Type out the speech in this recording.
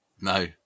No